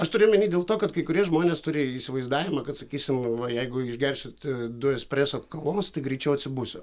aš turiu omeny dėl to kad kai kurie žmonės turi įsivaizdavimą kad sakysim jeigu išgersit du espreso kavos tai greičiau atsibusiu